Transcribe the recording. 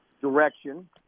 direction